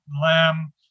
Lamb